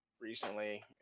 recently